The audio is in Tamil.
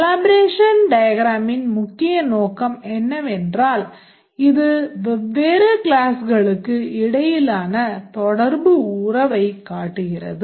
collaboration diagram ன் முக்கிய நோக்கம் என்னவென்றால் இது வெவ்வேறு classகளுக்கு இடையிலான தொடர்பு உறவைக் காட்டுகிறது